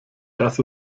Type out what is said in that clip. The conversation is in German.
das